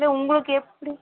இல்லை உங்களுக்கு எப்படி